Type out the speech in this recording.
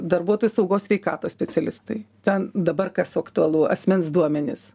darbuotojų saugos sveikatos specialistai ten dabar kas oktualu asmens duomenys